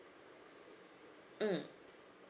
mm